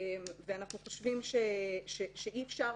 ואנחנו חושבים שאי אפשר,